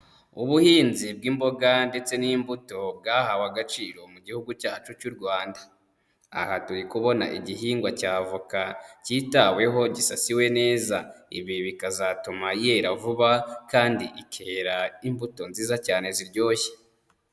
Ubuhinzi bw'imboga ndetse n'imbuto bwahawe agaciro mu gihugu cyacu cy'u Rwanda, aha turi kubona igihingwa cya avoka kitaweho gisasiwe neza, ibi bikazatuma yera vuba kandi ikera imbuto nziza cyane ziryoshye.